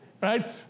right